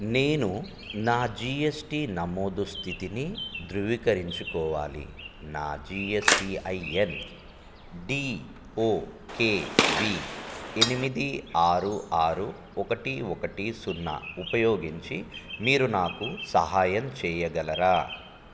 నేను నా జీఎస్టీ నమోదు స్థితిని ధృవీకరించుకోవాలి నా GSTIN D O K V ఎనిమిది ఆరు ఆరు ఒకటి ఒకటి సున్నా ఉపయోగించి మీరు నాకు సహాయం చేయగలరా